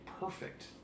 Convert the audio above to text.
perfect